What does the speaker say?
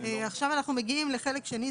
עכשיו אנחנו מגיעים לחלק שני,